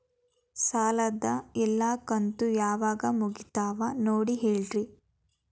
ಸಾಲದ ಎಲ್ಲಾ ಕಂತು ಯಾವಾಗ ಮುಗಿತಾವ ನೋಡಿ ಹೇಳ್ರಿ